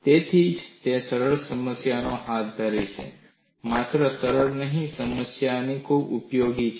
તેથી જ મેં એક સરળ સમસ્યા હાથ ધરી છે તે માત્ર સરળ નથી સમસ્યા ખૂબ ઉપયોગી છે